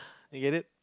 you get it